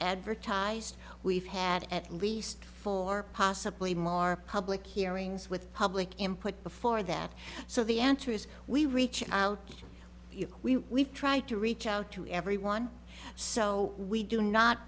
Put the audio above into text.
advertised we've had at least four possibly more public hearings with public input before that so the answer is we reach out to you we try to reach out to everyone so we do not